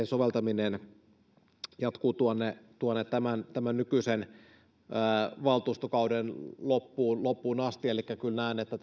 soveltaminen jatkuu tuonne tämän tämän nykyisen valtuustokauden loppuun loppuun asti elikkä kyllä näen että